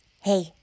Hey